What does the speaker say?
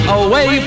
away